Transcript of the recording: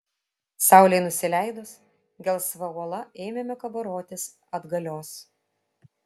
saulei nusileidus gelsva uola ėmėme kabarotis atgalios